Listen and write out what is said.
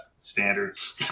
standards